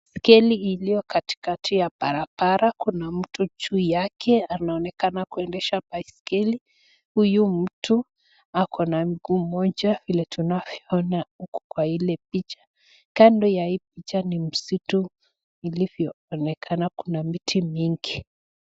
Baiskeli iliyo katikati ya barabara, kuna mtu juu yake anaonekana kuendesha baiskeli. Huyu mtu ako na mguu mmoja vile tunavyoona huku kwa ile picha. Kando ya hii picha ni msitu ilivyoonekana kuna miti mingi.